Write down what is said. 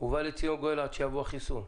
ובא לציון גואל עד שיבוא החיסון.